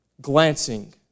glancing